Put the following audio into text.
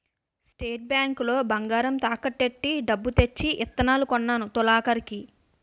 state bank లో బంగారం తాకట్టు ఎట్టి డబ్బు తెచ్చి ఇత్తనాలు కొన్నాను తొలకరికి